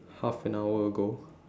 half an hour ago